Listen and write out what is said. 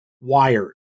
wired